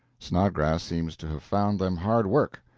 snodgrass seems to have found them hard work,